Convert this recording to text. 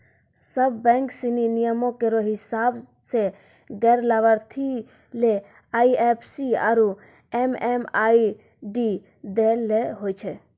सब बैंक सिनी नियमो केरो हिसाब सें गैर लाभार्थी ले आई एफ सी आरु एम.एम.आई.डी दै ल होय छै